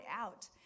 out